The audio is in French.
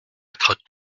être